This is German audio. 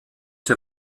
der